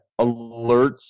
alerts